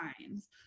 times